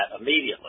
immediately